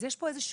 אז יש פה שותפות